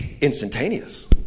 instantaneous